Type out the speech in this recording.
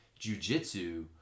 jujitsu